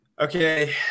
Okay